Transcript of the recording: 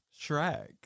shrek